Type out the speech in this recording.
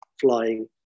flying